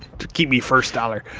to keep me first dollar.